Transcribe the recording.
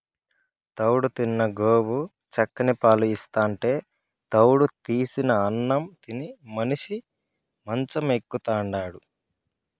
తౌడు తిన్న గోవు చిక్కని పాలు ఇస్తాంటే తౌడు తీసిన అన్నం తిని మనిషి మంచం ఎక్కుతాండాడు